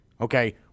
okay